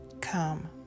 come